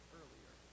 earlier